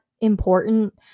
important